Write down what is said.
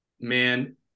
man